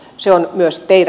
se on myös niin